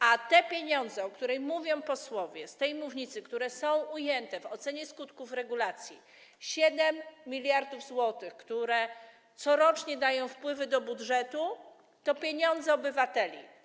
A pieniądze, o których mówią posłowie z tej mównicy, które są ujęte w ocenie skutków regulacji, 7 mld zł, które corocznie dają wpływy do budżetu, to pieniądze obywateli.